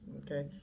Okay